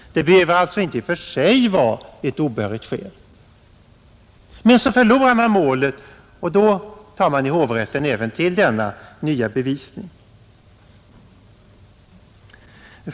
Det behöver alltså inte i och för sig vara ett obehörigt skäl. Men så förlorar man målet i underrätten och tar i hovrätten till denna nya bevisning.